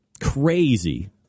crazy